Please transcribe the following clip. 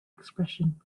expression